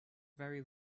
very